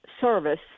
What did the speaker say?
service